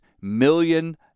million